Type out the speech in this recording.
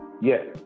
Yes